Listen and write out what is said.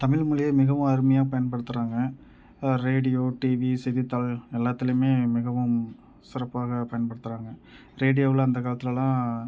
தமிழ் மொழிய மிகவும் அருமையா பயன்படுத்துகிறாங்க ரேடியோ டிவி செய்தித்தாள் எல்லாத்திலேமே மிகவும் சிறப்பாக பயன்படுத்துகிறாங்க ரேடியோவில் அந்த காலத்துலெலாம்